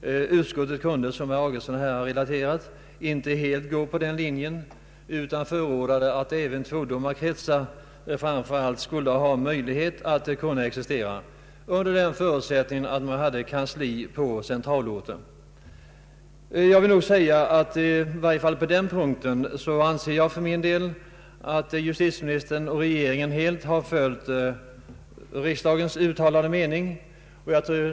Utskottet kunde — som herr Augustsson här har relaterat — inte helt gå på den linjen utan förordade att även tvådomarkretsar skulle ha möjlighet att existera under förutsättning att man hade kansli på centralorten. Jag anser att justitieministern och regeringen på denna punkt helt följt riksdagens uttalade mening.